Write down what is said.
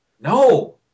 No